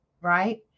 right